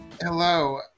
Hello